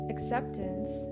Acceptance